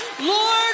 Lord